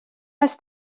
els